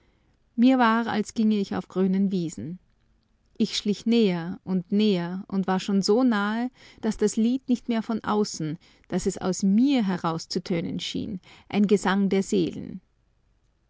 mir war als ginge ich auf grünen wiesen ich schlich näher und näher und war schon so nahe daß das lied nicht mehr von außen daß es aus mir herauszutönen schien ein gesang der seelen